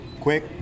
quick